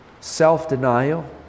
self-denial